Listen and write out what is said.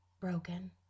broken